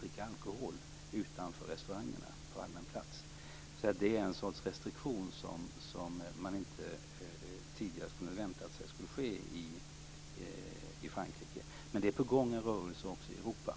dricka alkohol utanför restaurangerna på allmän plats. Det är den sortens restriktion som man tidigare inte trodde skulle införas i Frankrike. Det är på gång en rörelse i Europa.